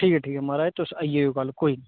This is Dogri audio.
ठीक ऐ ठीक ऐ महाराज तुस आई जाएयो कल कोई नी